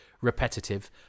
repetitive